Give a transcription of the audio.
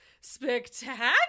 spectacular